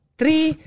three